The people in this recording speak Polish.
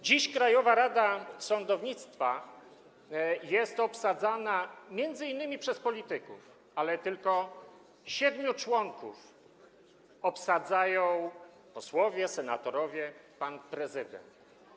Dziś Krajowa Rada Sądownictwa jest obsadzana m.in. przez polityków, ale tylko siedmiu członków obsadzają posłowie, senatorowie, pan prezydent.